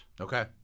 Okay